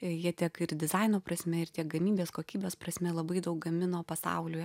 jie tiek ir dizaino prasme ir tiek gamybos kokybės prasme labai daug gamino pasauliui